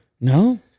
No